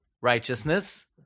righteousness